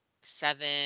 seven